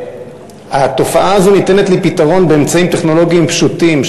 התופעה הזאת ניתנת לפתרון באמצעים טכנולוגיים פשוטים,